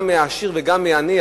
גם מהעשיר וגם מהעני,